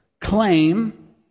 claim